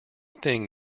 thing